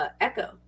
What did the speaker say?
echo